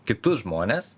kitus žmones